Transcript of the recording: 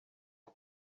not